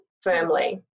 firmly